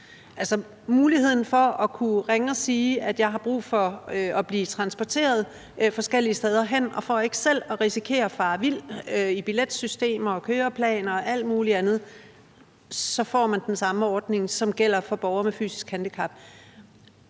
Det er muligheden for at kunne ringe og sige, at man har brug for at blive transporteret forskellige steder hen, og for ikke selv at risikere at fare vild i billetsystemer og køreplaner og alt muligt andet får man den samme ordning, som gælder for borgere med fysisk handicap.